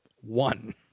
One